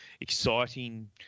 exciting